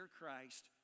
Christ